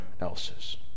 else's